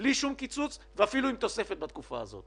בלי שום קיצוץ ואפילו עם תוספת בתקופה הזאת